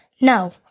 No